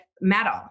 metal